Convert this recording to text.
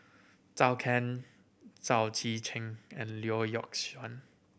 Chao Can Chao Tzee Cheng and Lee Yock Suan